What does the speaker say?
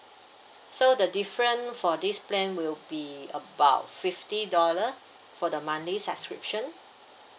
so the different for this plan will be about fifty dollar for the monthly subscription